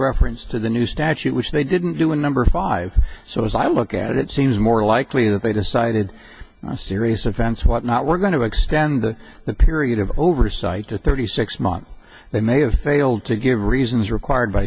reference to the new statute which they didn't do in number five so as i look at it it seems more likely that they decided a serious offense what not we're going to extend the period of oversight to thirty six months they may have failed to give reasons required by